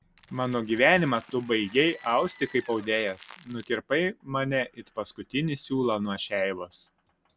mano gyvenimą tu baigei austi kaip audėjas nukirpai mane it paskutinį siūlą nuo šeivos